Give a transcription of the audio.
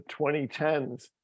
2010s